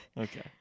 Okay